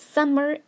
Summer